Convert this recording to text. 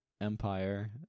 Empire